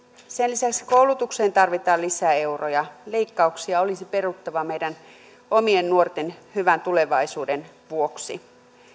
sen lisäksi koulutukseen tarvitaan lisäeuroja leikkauksia olisi peruttava meidän omien nuorten hyvän tulevaisuuden vuoksi